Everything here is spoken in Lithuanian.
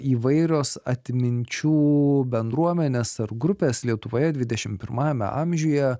įvairios atminčių bendruomenės ar grupės lietuvoje dvidešim pirmajame amžiuje